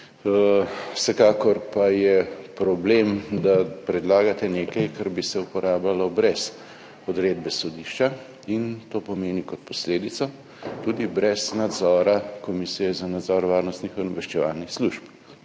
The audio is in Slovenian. Vsekakor pa je problem, da predlagate nekaj, kar bi se uporabljalo brez odredbe sodišča in to pomeni, kot posledico, tudi brez nadzora Komisije za nadzor varnostnih in obveščevalnih služb.